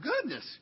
goodness